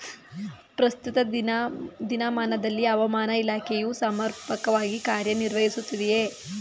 ಪ್ರಸ್ತುತ ದಿನಮಾನದಲ್ಲಿ ಹವಾಮಾನ ಇಲಾಖೆಯು ಸಮರ್ಪಕವಾಗಿ ಕಾರ್ಯ ನಿರ್ವಹಿಸುತ್ತಿದೆಯೇ?